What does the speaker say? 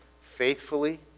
faithfully